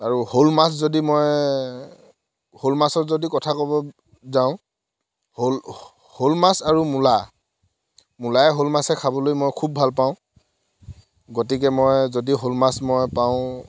আৰু শ'ল মাছ যদি মই শ'ল মাছৰ যদি কথা ক'ব যাওঁ শ'ল শ'ল মাছ আৰু মূলা মূলাই শ'ল মাছে খাবলৈ মই খুব ভাল পাওঁ গতিকে মই যদি শ'ল মাছ মই পাওঁ